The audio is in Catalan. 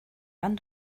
van